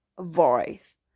voice